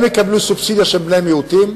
הם יקבלו סובסידיה של בני-מיעוטים,